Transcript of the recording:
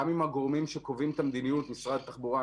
גם עם הגורמים שקובעים את המדיניות משרד התחבורה,